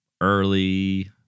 early